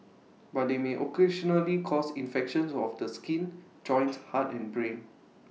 but they may occasionally cause infections of the skin joints heart and brain